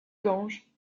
gange